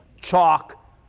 chalk